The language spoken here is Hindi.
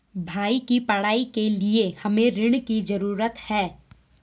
भाई की पढ़ाई के लिए हमे ऋण की जरूरत है